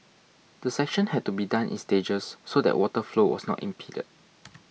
the section had to be done in stages so that water flow was not impeded